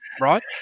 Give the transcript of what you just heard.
right